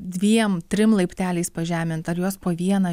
dviem trim laipteliais pažemint ar juos po vieną